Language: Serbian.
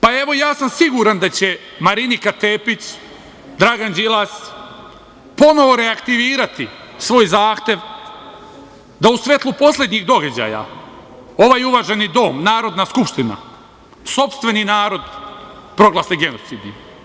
Pa evo, siguran sam da će Marinika Tepić, Dragan Đilas ponovo reaktivirati svoj zahtev da u svetlu poslednjih događaja ovaj uvaženi dom, Narodna skupština, sopstveni narod proglasi genocidnim.